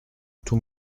tout